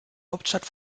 hauptstadt